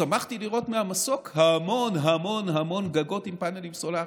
שמחתי לראות מהמסוק המון המון המון גגות עם פאנלים סולריים,